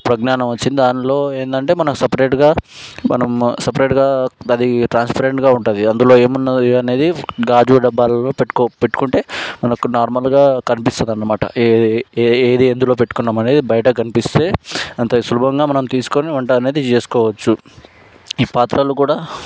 పరిజ్ఞానం వచ్చింది దానిలో ఏంటంటే మనం సెపారేట్గా మనం సెపారేట్గా అది ట్రాన్స్పరెంట్గా ఉంటుంది అందులో ఏం వుంది అనేది గాజు డబ్బాలలో పెట్టుకుంటే మనకు నార్మల్గా కనిపిస్తుందిన్నమాట అది ఏది ఎందులో పెట్టుకున్న అనేది బయట కనిపిస్తే అంత సులభంగా మనం తీసుకుని వంట అనేది చేసుకోవచ్చు ఈ పాత్రలు కూడా